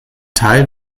teil